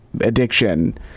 addiction